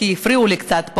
כי הפריעו לי פה קצת,